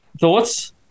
thoughts